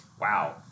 Wow